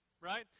right